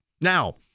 Now